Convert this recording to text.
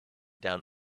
down